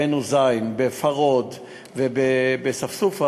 בעין-הוזים, בפרוד ובספסופה,